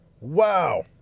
Wow